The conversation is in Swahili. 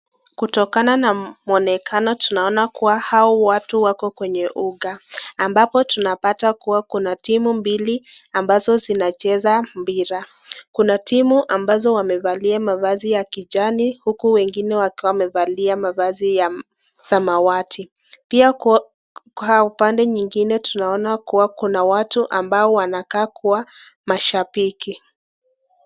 Kutokana na muonekano tunaona kuwa hao watu wako kwenye uga. Ambapo tunapata kuwa kuna timu mbili, ambazo zinacheza mpira. Kuna timu ambazo wamevalia mavazi ya kijani, huku wengine wakiwa wamevalia mavazi ya samawati. Pia kwa upande nyingine tunaona kuwa kuna watu ambao wanakaa kuwa mashabiki .